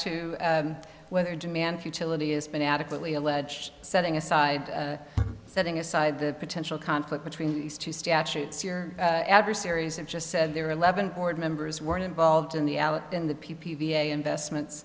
to whether demand futility has been adequately alleged setting aside setting aside the potential conflict between these two statutes your adversaries and just said there are eleven board members weren't involved in the in the p v a investments